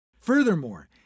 Furthermore